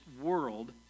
world